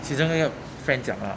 其中那个 french 讲话